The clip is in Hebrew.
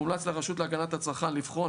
מומלץ לרשות להגנת הצרכן לבחון